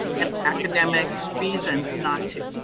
and academic reasons not to.